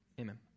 Amen